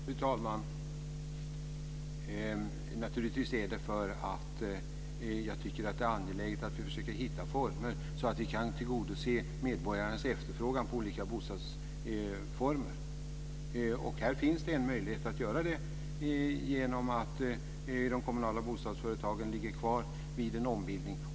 Fru talman! Naturligtvis beror det på att vi tycker att det är angeläget att försöka hitta sådana upplåtelseformer att vi kan tillgodose medborgarnas efterfrågan på olika bostadsformer. Här finns det en möjlighet att göra det genom att de kommunala bostadsföretagen ligger kvar vid en ombildning.